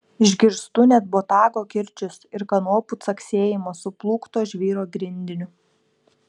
išgirstu net botago kirčius ir kanopų caksėjimą suplūkto žvyro grindiniu